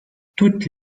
toutes